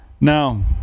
Now